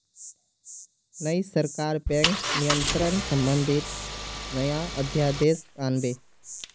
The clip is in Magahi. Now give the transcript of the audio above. नई सरकार बैंक नियंत्रण संबंधी नया अध्यादेश आन बे